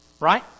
Right